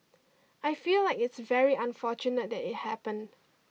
I feel like it's very unfortunate that it happened